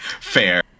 Fair